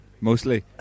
mostly